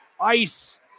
Ice